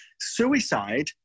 suicide